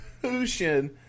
solution